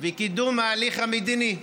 קידום ההליך המדיני.